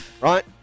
right